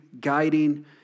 guiding